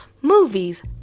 movies